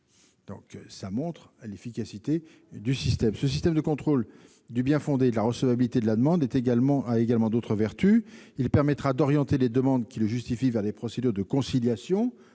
Cela montre l'efficacité du dispositif ! Ce système de contrôle du bien-fondé et de la recevabilité de la demande a également d'autres vertus. Il permettra d'orienter les demandeurs vers des procédures de conciliation